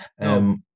No